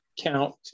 count